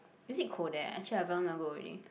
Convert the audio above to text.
is it cold there actually I very long never go already